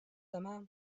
demà